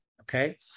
okay